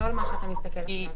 לא על מה שאתה מסתכל עכשיו.